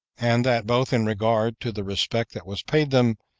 and that both in regard to the respect that was paid them,